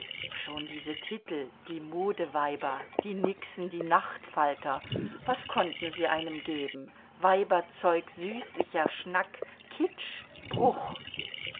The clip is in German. schon diese titel die modeweiber die nixen die nachtfalter was konnten sie einem geben weiberzeug süßlicher schnack kitsch bruch